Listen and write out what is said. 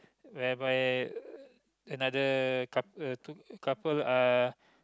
whereby another couple two eh couple are